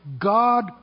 God